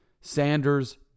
Sanders